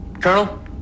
Colonel